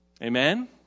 Amen